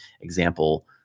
example